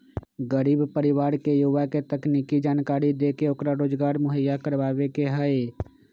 गरीब परिवार के युवा के तकनीकी जानकरी देके ओकरा रोजगार मुहैया करवावे के हई